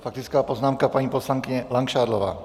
Faktická poznámka, paní poslankyně Langšádlová.